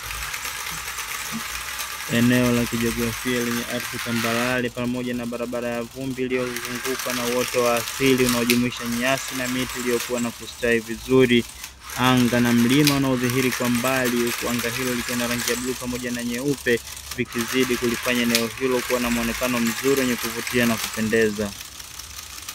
Eneo la kijiografia lenye ardhi tambarare pamoja na barabara ya vumbi iliyozungukwa na uoto wa asili, unaojumuisha nyasi na miti, iliyokuwa na kustawi vizuri. Anga na mlima unaodhihiri kwa mbali, huku anga hilio likiwa na rangi ya bluu pamoja na nyeupe, vikizidi kulifanya eneo hilo kuwa na muonekano mzuri wenye kuvutia na kupendeza.